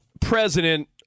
president